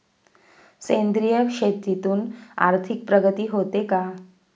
सेंद्रिय शेतीतून आर्थिक प्रगती होते का?